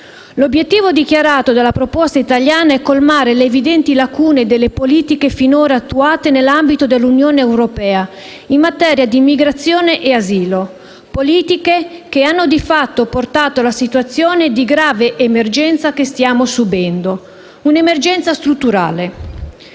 L'obiettivo dichiarato della proposta italiana è colmare le evidenti lacune delle politiche finora attuate nell'ambito dell'Unione europea in materia di immigrazione e asilo, politiche che hanno, di fatto, portato alla situazione di grave emergenza che stiamo subendo: una emergenza strutturale.